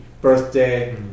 Birthday